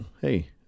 Hey